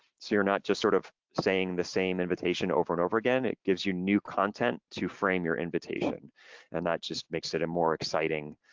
so you're not just sort of saying the same invitation over and over again. it gives you new content to frame your invitation and that just makes it a more exciting,